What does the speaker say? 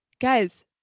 guys